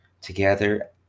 together